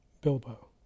Bilbo